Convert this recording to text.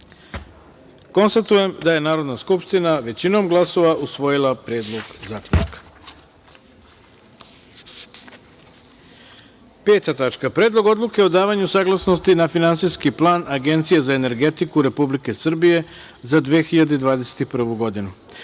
jedan. Konstatujem da je Narodna skupština većinom glasova usvojila Predlog zaključka. Peta tačka - Predlog odluke o davanju saglasnosti na Finansijski plan Agencije za energetiku Republike Srbije za 2021.